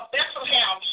Bethlehem